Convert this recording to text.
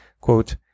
Quote